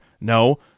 No